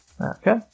Okay